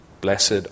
Blessed